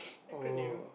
acronym